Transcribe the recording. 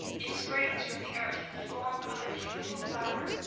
it springs from the earth in the form of a beautiful flower,